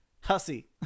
hussy